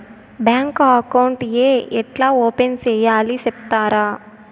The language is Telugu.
బ్యాంకు అకౌంట్ ఏ ఎట్లా ఓపెన్ సేయాలి సెప్తారా?